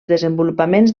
desenvolupaments